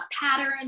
patterns